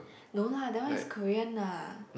no lah that one is Korean lah